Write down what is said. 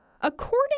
According